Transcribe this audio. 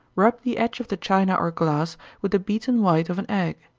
rub the edge of the china or glass with the beaten white of an egg.